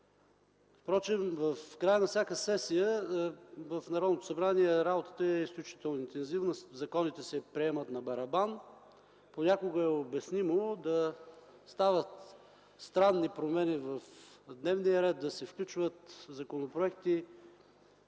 Впрочем, в края на всяка сесия в Народното събрание работата е изключително интензивна, законите се приемат на барабан. Понякога е обяснимо да стават странни промени в дневния ред, да се включват законопроекти,